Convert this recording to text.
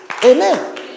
Amen